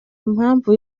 impamvu